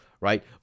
right